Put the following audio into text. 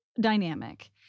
dynamic